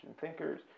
thinkers